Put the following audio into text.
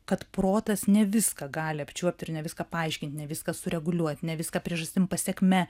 kad protas ne viską gali apčiuopt ir ne viską paaiškint ne viską sureguliuot ne viską priežastim pasekme